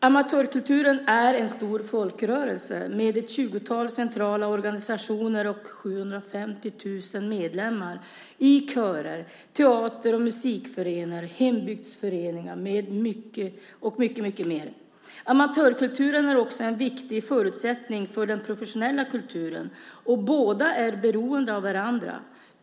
Amatörkulturen är en stor folkrörelse med ett 20-tal centrala organisationer och 750 000 medlemmar i körer, teater och musikföreningar, hembygdsföreningar och mycket, mycket mer. Amatörkulturen är också en viktig förutsättning för den professionella kulturen, och båda är beroende av varandra.